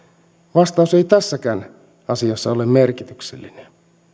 vastaus ei tässäkään asiassa ole merkityksellinen